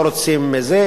לא רוצים זה,